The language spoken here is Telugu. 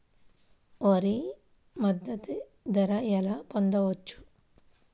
వరి మద్దతు ధర ఎలా పొందవచ్చు?